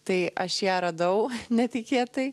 tai aš ją radau netikėtai